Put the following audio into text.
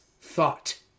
thought